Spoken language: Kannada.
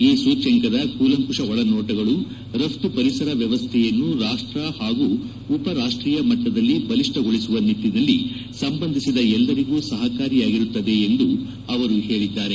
ಈ ಸೂಚ್ಲಂಕದ ಕೂಲಂಕುಷ ಒಳನೋಟಗಳು ರಘ್ತುಪರಿಸರ ವ್ಯವಸ್ವೆಯನ್ನು ರಾಷ್ಟ ಹಾಗೂ ಉಪರಾಷ್ಟೀಯಮಟ್ಟದಲ್ಲಿ ಬಲಿಷ್ಟಗೊಳಿಸುವ ನಿಟ್ಟನಲ್ಲಿ ಸಂಬಂಧಿಸಿದ ಎಲ್ಲರಿಗೂ ಸಹಕಾರಿಯಾಗಿರುತ್ತದೆ ಎಂದು ಅವರು ಹೇಳಿದ್ದಾರೆ